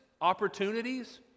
opportunities